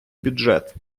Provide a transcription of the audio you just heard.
бюджет